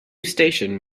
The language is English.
station